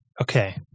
Okay